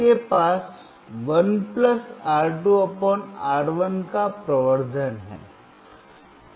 आपके पास 1 R2 R1 का प्रवर्धन है